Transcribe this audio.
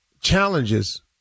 Challenges